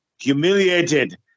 humiliated